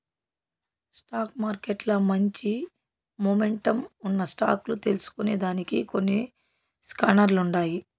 stock మార్కెట్ల మంచి momentum ఉన్న స్టాక్ లు తెల్సుకొనేదానికి కొన్ని స్కానర్లుండాయి